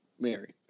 Mary